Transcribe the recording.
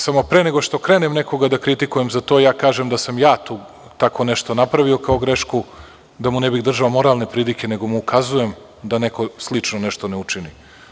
Samo, pre nego što krenem nekoga da kritikujem za to, ja kažem da sam ja tako nešto napravio kao grešku, da mu ne bih držao moralne pridike, nego mu ukazujem da neko slično nešto ne učini.